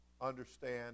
understand